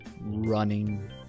running